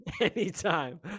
Anytime